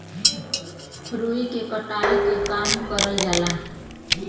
रुई के कटाई के काम करल जाला